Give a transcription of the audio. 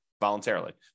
voluntarily